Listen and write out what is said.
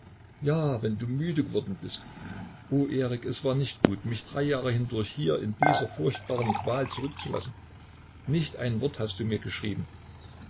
ja wenn du müde geworden bist oh erik es war nicht gut mich drei jahre hindurch hier in dieser furchtbaren qual zurückzulassen nicht ein wort hast du mir geschrieben